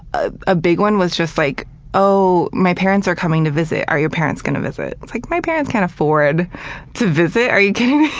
ah a big one was like ohhh. my parents are coming to visit. are your parents gonna visit? it's like my parents can't afford to visit. are you kidding me?